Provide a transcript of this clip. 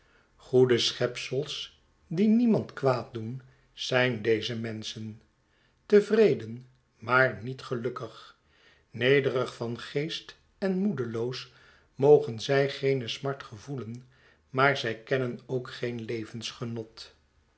goede schepsels die niemand kwaaddoen zijn deze menschen tevreden maarniet gelukkig nederig van geest en moedeloos mogen zij geene smart gevoelen maar zij kennen ook geen levensgenot